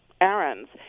errands